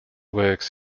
works